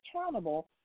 accountable